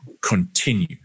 continue